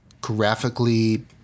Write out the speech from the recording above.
graphically